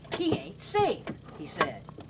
he ain't safe! he said.